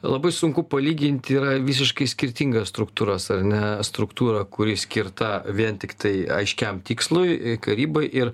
labai sunku palygint yra visiškai skirtingas struktūras ar ne struktūrą kuri skirta vien tiktai aiškiam tikslui karybai ir